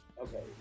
Okay